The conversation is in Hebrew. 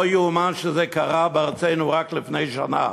לא ייאמן שזה קרה בארצנו רק לפני שנה.